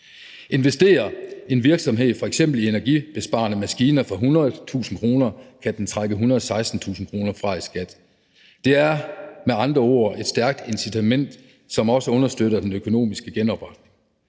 Investerer en virksomhed f.eks. i energibesparende maskiner for 100.000 kr., kan den trække 116.000 kr. fra i skat. Det er med andre ord et stærkt incitament, som også understøtter den økonomiske genopretning.